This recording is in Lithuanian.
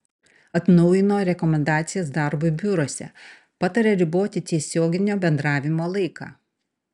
atnaujino rekomendacijas darbui biuruose pataria riboti tiesioginio bendravimo laiką